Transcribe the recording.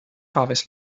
harvest